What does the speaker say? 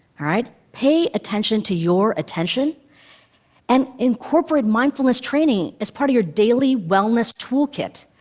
alright? pay attention to your attention and incorporate mindfulness training as part of your daily wellness toolkit,